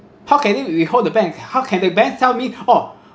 how can it withhold the bank how can the bank tell me oh